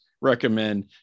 recommend